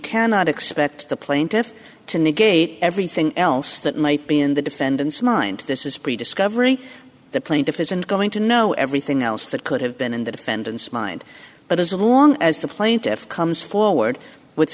cannot expect the plaintiff to negate everything else that might be in the defendant's mind this is pretty discovery the plaintiff isn't going to know everything else that could have been in the defendant's mind but as long as the plaintiff comes forward with